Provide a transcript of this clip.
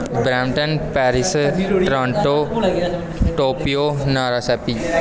Brampton Paris Toronto Tokyo Nagasaki